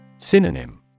Synonym